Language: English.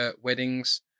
weddings